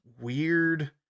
weird